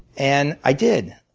and i did.